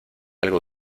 algo